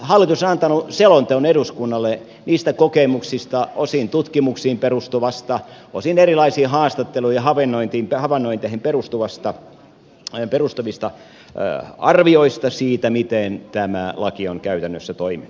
hallitus on antanut selonteon eduskunnalle kokemuksista osin tutkimuksiin perustuvista osin erilaisiin haastatteluihin ja havainnointeihin perustuvista arvioista siitä miten tämä laki on käytännössä toiminut